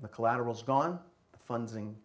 the collateral is gone the funding